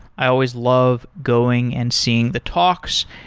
i always love going and seeing the talks,